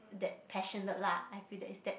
that passionate lah I feel that it's that